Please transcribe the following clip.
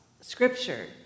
Scripture